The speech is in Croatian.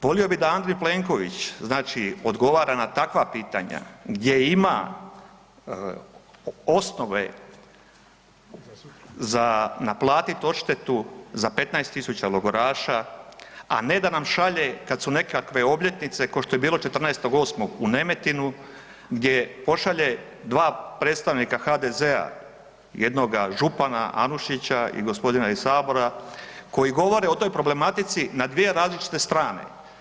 Volio bi da Andrej Plenković znači odgovara na takva pitanja gdje ima osnove za naplatiti odštetu za 15.000 logoraša, a ne da nam šalje kad su nekakve obljetnice ko što je bilo 14.8. u Nemetinu gdje pošalje 2 predstavnika HDZ-a, jednoga župana Anušića i gospodina iz sabora koji govore o toj problematici na dvije različite strane.